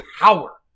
power